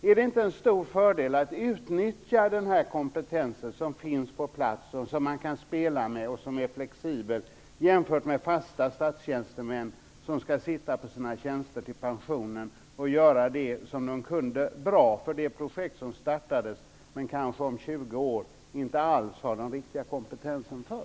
Är det inte en stor fördel att utnyttja den kompetens som finns på plats, som man kan spela med och som är flexibel, jämfört med att fasta statstjänstemän skall sitta på sina tjänster till pensionen och göra det som de kunde bra när ett projekt startades men som de kanske om 20 år inte alls har den riktiga kompetensen för?